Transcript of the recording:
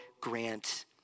grant